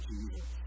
Jesus